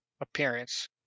appearance